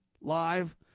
live